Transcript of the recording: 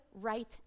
right